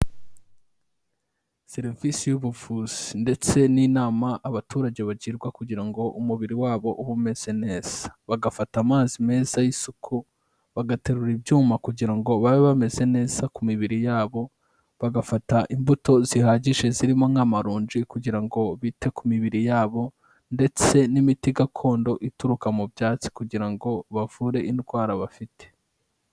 Serivisi y'ubuvuzi ndetse n'inama abaturage bagirwa kugira ngo umubiri wabo umeze neza. Bagafata amazi meza y'isuku, bagaterura ibyuma kugira ngo babe bameze neza ku mibiri yabo, bagafata imbuto zihagije zirimo nk'amaronji kugira ngo bite ku mibiri yabo, ndetse n'imiti gakondo ituruka mu byatsi kugira ngo bavure indwara bafite.